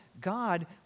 God